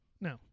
No